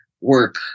work